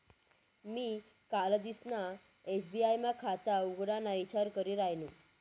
मी कालदिसना एस.बी.आय मा खाता उघडाना ईचार करी रायनू